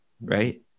right